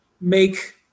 make